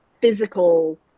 physical